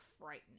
frightening